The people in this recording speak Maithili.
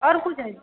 आओर किछु होइ